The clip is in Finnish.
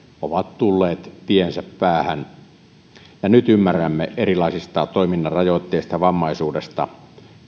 ovat tulleet tiensä päähän nyt ymmärrämme erilaisista toiminnan rajoitteista vammaisuudesta